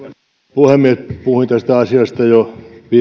puhemies puhuin tästä asiasta jo viime